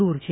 દૂર છે